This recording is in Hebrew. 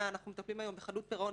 אנחנו מטפלים היום בחדלות הפירעון,